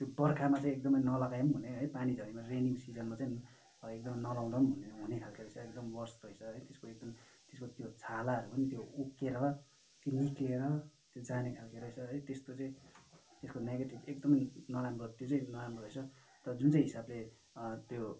त्यो बर्खामा चाहिँ एकदमै नलगाए पनि हुने है पानी झरीमा रेनी सिजनमा है एकदम नलाउँदा पनि हुने खालको रहेछ एकदम वर्स् रहेछ है त्यसको एकदम त्यसको त्यो छालाहरू पनि त्यो उक्केर त्यो निक्लेर त्यो जाने खालको रहेछ है त्यस्तो चाहिँ त्यसको नेगेटिभ एकदमै नराम्रो त्यो चाहिँ नराम्रो रहेछ तर जुन चाहिँ हिसाबले त्यो